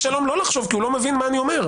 --- לא לחשוב, כי הוא לא מבין מה אני אומר.